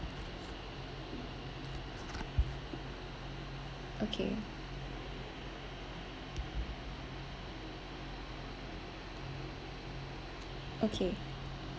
okay okay